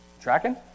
Tracking